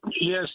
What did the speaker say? Yes